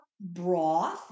broth